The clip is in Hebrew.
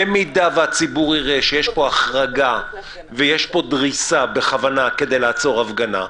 במידה והציבור יראה שיש פה החרגה ודריסה בכוונה כדי לעצור הפגנה,